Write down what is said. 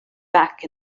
back